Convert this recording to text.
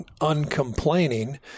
uncomplaining